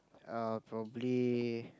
uh probably